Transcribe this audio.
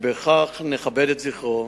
ובכך נכבד את זכרו.